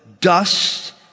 dust